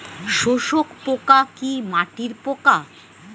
শোষক পোকা কি মাটির পোকা?